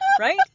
right